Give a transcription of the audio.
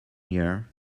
year